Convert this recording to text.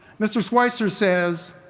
mr. schweitzer says,